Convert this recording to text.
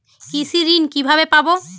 কৃষি ঋন কিভাবে পাব?